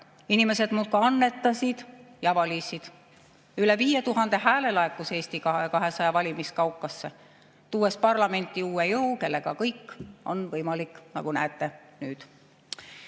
Inimesed muudkui annetasid ja valisid. Üle 5000 hääle laekus Eesti 200 valimiskaukasse, tuues parlamenti uue jõu, kellega kõik on võimalik, nagu näete nüüd.